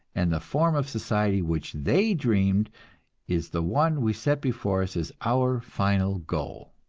and the form of society which they dreamed is the one we set before us as our final goal.